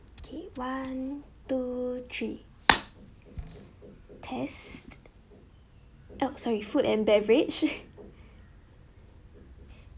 okay one two three test uh sorry food and beverage